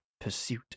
pursuit